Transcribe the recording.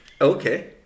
Okay